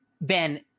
ben